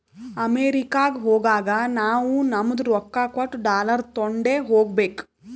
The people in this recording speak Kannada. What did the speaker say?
ಅಮೆರಿಕಾಗ್ ಹೋಗಾಗ ನಾವೂ ನಮ್ದು ರೊಕ್ಕಾ ಕೊಟ್ಟು ಡಾಲರ್ ತೊಂಡೆ ಹೋಗ್ಬೇಕ